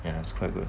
and it's quite good